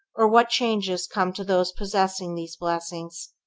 or what changes come to those possessing these blessings,